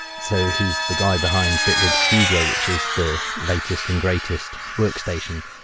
so he's the guy behind bitwig studio, which is the latest and greatest workstation.